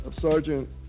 Sergeant